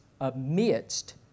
amidst